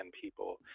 people